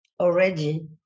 already